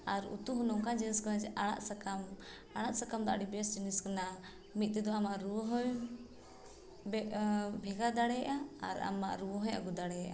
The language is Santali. ᱟᱨ ᱩᱛᱩ ᱦᱚᱸ ᱱᱚᱝᱠᱟᱱ ᱡᱤᱱᱤᱥ ᱠᱟᱱᱟ ᱡᱮ ᱟᱲᱟᱜ ᱥᱟᱠᱟᱢ ᱟᱲᱟᱜ ᱥᱟᱠᱟᱢ ᱫᱚ ᱟᱹᱰᱤ ᱵᱮᱥ ᱡᱤᱱᱤᱥ ᱠᱟᱱᱟ ᱢᱤᱫ ᱛᱮᱫᱚ ᱟᱢᱟᱜ ᱨᱩᱣᱟᱹ ᱦᱚᱭ ᱵᱷᱮᱜᱟᱨ ᱫᱟᱲᱮᱭᱟᱜᱼᱟ ᱟᱨ ᱟᱢᱟᱜ ᱨᱩᱣᱟᱹ ᱦᱚᱭ ᱟᱹᱜᱩ ᱫᱟᱲᱮᱭᱟᱜᱼᱟ